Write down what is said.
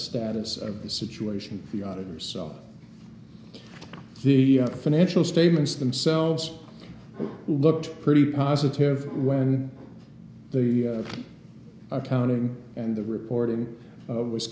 status of the situation the auditors the financial statements themselves look pretty positive when the accounting and the reporting